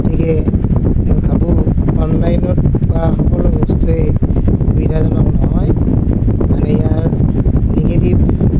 গতিকে মই ভাবোঁ অনলাইনত পোৱা সকলো বস্তুৱে সুবিধাজনক নহয় মানে ইয়াৰ নিগেটিভ